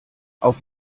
auf